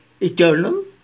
eternal